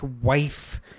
wife